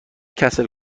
کسل